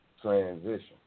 transition